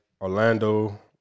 Orlando